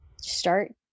start